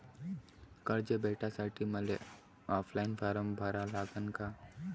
कर्ज भेटासाठी मले ऑफलाईन फारम भरा लागन का?